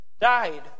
died